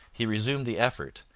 he resumed the effort,